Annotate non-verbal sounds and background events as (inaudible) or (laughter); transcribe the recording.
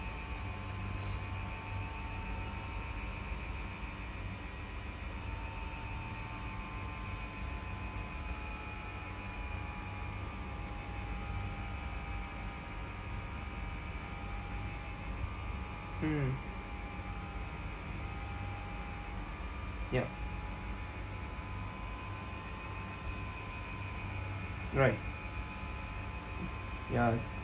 (noise) mm yup right ya